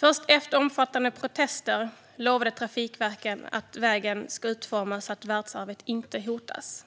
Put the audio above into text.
Först efter omfattande protester lovade Trafikverket att vägen ska utformas så att världsarvet inte hotas.